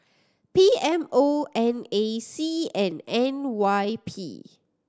P M O N A C and N Y P